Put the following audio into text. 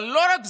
אבל לא רק זה.